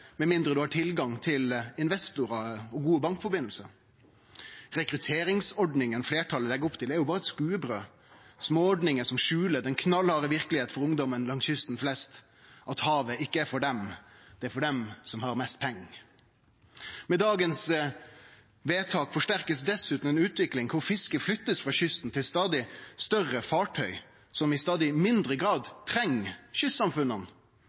med mindre ein har tilgang til investorar og gode bankforbindelsar. Rekrutteringsordningane fleirtalet legg opp til, er jo berre eit skodebrød, småordningar som skjuler den knallharde verkelegheita for ungdom flest langs kysten: at havet ikkje er for dei, det er for dei som har mest pengar. Med vedtaket av i dag får ein dessutan forsterka ei utvikling kor fisket blir flytta frå kysten til stadig større fartøy, som i stadig mindre grad treng kystsamfunna.